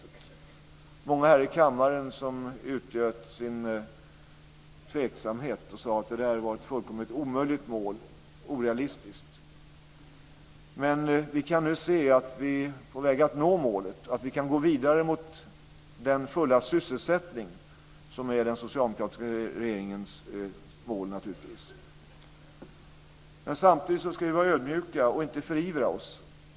Det var många här i kammaren som utgjöt sin tveksamhet och sade att det där var ett fullkomligt omöjligt och orealistiskt mål. Men vi kan nu se att vi är på väg att nå målet och att vi kan gå vidare mot den fulla sysselsättning som naturligtvis är den socialdemokratiska regeringens mål. Samtidigt ska vi vara ödmjuka och inte förivra oss.